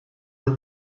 the